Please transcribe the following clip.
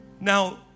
Now